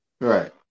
Right